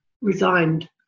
resigned